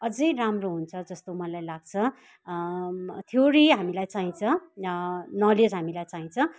अझै राम्रो हुन्छ जस्तो मलाई लाग्छ थ्योरी हामीलाई चाहिन्छ नलेज हामीलाई चाहिन्छ